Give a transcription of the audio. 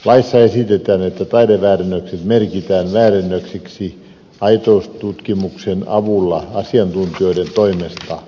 laissa esitetään että taideväärennökset merkitään väärennöksiksi aitoustutkimuksen avulla asiantuntijoiden toimesta